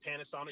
Panasonic